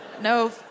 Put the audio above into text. No